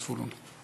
זבולון.